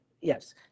yes